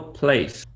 place